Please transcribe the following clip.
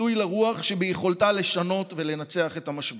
ביטוי לרוח שביכולתה לשנות ולנצח את המשבר.